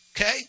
Okay